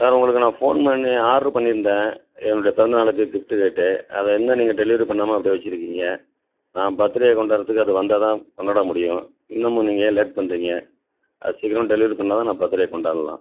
sir உங்களுக்கு நான் phone பண்ணி ஆர்ட்ரு பண்ணியிருந்தேன் என்னுடைய பிறந்த நாளுக்கு கிஃப்ட்டு கேட்டு அதை இன்னும் நீங்கள் டெலிவரி பண்ணாமல் அப்படியே வெச்சுருக்கீங்க நான் பர்த் டே கொண்டாடறத்துக்கு அது வந்தால் தான் கொண்டாட முடியும் இன்னமும் நீங்கள் லேட் பண்ணுறீங்க அது சீக்கிரமாக டெலிவரி பண்ணால் தான் நான் பர்த் டே கொண்டாடலாம்